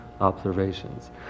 observations